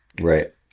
Right